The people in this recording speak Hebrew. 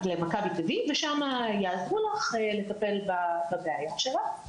במכבי טבעי ושם יעזרו לך לטפל בבעיה שלך.